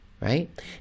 right